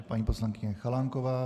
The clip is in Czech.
Paní poslankyně Chalánková.